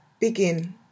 begin